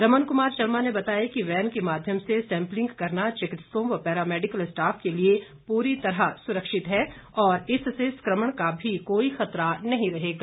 रमन कुमार शर्मा ने बताया कि वैन के माध्यम से सैंपलिंग करना चिकित्सकों व पैरा मैडिकल स्टॉफ के लिए पूरी तरह सुरक्षित है और इससे संक्रमण का भी कोई खतरा नहीं रहेगा